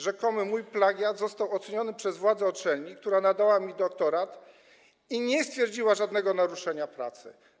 Rzekomy mój plagiat został oceniony przez władze uczelni, która nadała mi doktorat i nie stwierdziła żadnego naruszenia w pracy.